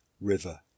river